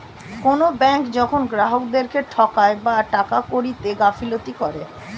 কোনো ব্যাঙ্ক যখন গ্রাহকদেরকে ঠকায় বা টাকা কড়িতে গাফিলতি করে